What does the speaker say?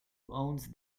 owns